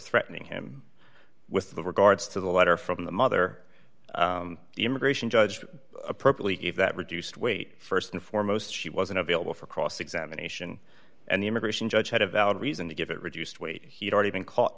threatening him with regards to the letter from the mother immigration judge purposely if that reduced weight st and foremost she wasn't available for cross examination and the immigration judge had a valid reason to give it reduced weight he'd already been caught